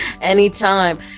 Anytime